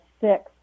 six